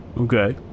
Okay